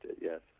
yes